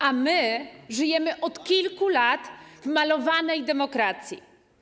A my żyjemy od kilku lat w malowanej demokracji.